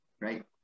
right